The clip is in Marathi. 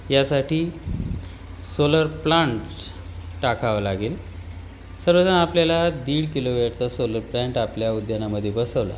यासाठी सोलर प्लांट्स टाकावं लागेल सर्वजण आपल्याला दीड किलोवॅटचा सोलर प्लँट आपल्या उद्यानामध्ये बसवला